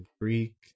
Greek